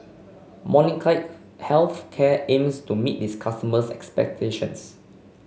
Molnylcke Health Care aims to meet its customers' expectations